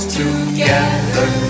together